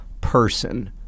person